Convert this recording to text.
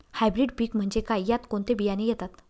Hybrid पीक म्हणजे काय? यात कोणते बियाणे येतात?